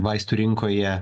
vaistų rinkoje